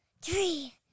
Three